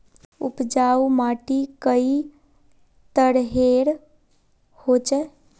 उपजाऊ माटी कई तरहेर होचए?